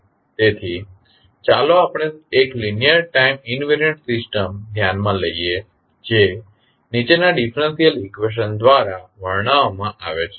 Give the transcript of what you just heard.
તેથી ચાલો આપણે એક લીનીઅર ટાઇમ ઇન્વેરીયન્ટ સિસ્ટમ ધ્યાનમાં લઈએ જે નીચેના ડિફરેંશિયલ ઇકવેશન દ્વારા વર્ણવવામાં આવે છે